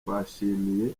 twashimiye